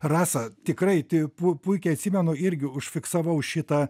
rasa tikrai tai pu puikiai atsimenu irgi užfiksavau šitą